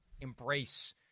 embrace